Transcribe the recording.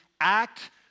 act